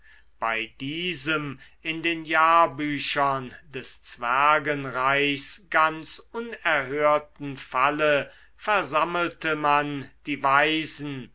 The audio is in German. bei diesem in den jahrbüchern des zwergenreichs ganz unerhörten falle versammelte man die weisen